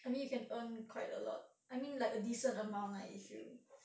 I mean you can earn quite a lot I mean like a decent amount lah if you